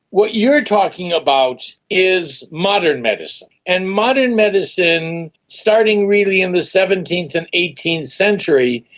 what you're talking about is modern medicine, and modern medicine, starting really in the seventeenth and eighteenth century,